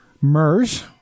MERS